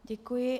Děkuji.